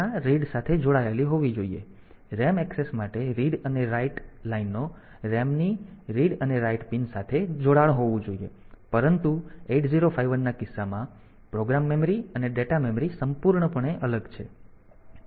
RAM access માટે read અને write લાઈનો RAM ની રીડ અને રાઈટ પીન સાથે જોડાયેલી હોવી જોઈએ પરંતુ 8051 ના કિસ્સામાં પ્રોગ્રામ મેમરી અને ડેટા મેમરી સંપૂર્ણપણે અલગ છે